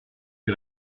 que